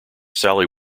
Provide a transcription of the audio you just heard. sally